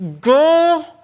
Go